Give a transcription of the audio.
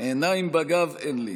עיניים בגב אין לי.